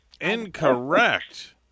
Incorrect